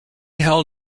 hell